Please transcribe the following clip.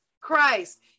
Christ